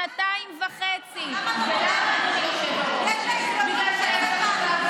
את הממשלה עכשיו, יש לך הזדמנות,